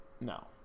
No